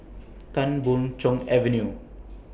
Tan Boon Chong Avenue